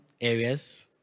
areas